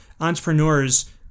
entrepreneurs